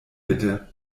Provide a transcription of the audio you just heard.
bitte